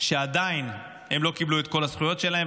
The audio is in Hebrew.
שהם עדיין לא קיבלו את כל הזכויות שלהם.